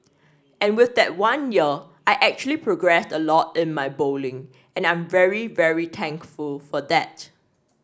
and with that one year I actually progressed a lot in my bowling and I'm very very thankful for that